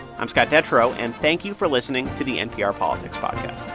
i'm scott detrow, and thank you for listening to the npr politics podcast